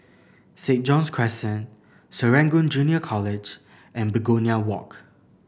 St John's Crescent Serangoon Junior College and Begonia Walk